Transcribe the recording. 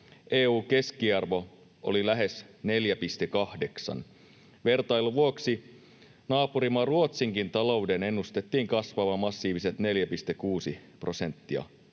EU:n keskiarvo oli lähes 4,8. Vertailun vuoksi naapurimaa Ruotsinkin talouden ennustettiin kasvavan massiiviset 4,6 prosenttia